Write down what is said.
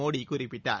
மோடி குறிப்பிட்டார்